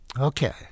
Okay